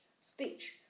speech